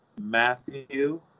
Matthew